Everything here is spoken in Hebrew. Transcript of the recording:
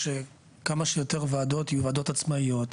כאילו מישהו בא ואומר,